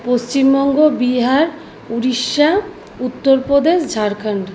Paschimbanga Bihar Orissa Uttar Pradesh Jharkhand